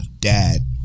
dad